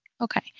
Okay